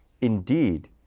Indeed